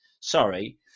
sorry